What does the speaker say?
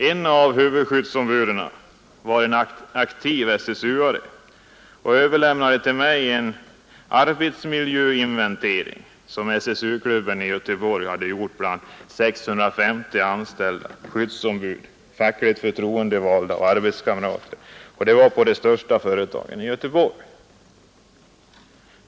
Ett av huvudskyddsombuden var aktiv SSU-are, och han överlämnade till mig en arbetsmiljöinventering som SSU-klubben i Göteborg hade gjort bland 650 anställda — skyddsombud, fackligt förtroendevalda och arbetskamrater — på de största företagen i Göteborg.